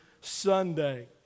Sunday